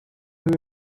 who